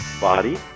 body